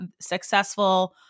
successful